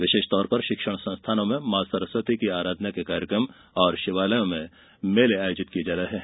विशेष तौर पर शिक्षण संस्थानों में मॉ सरस्वती की आराधना के कार्यक्रम और शिवालयों में मेले आयोजित किये जा रहे हैं